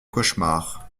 cauchemar